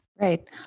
Right